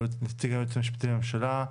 נציג היועץ המשפטי לממשלה,